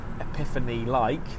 epiphany-like